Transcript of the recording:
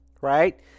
right